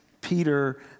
Peter